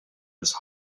his